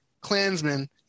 Klansmen